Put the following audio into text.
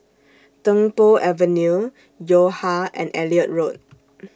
Tung Po Avenue Yo Ha and Elliot Road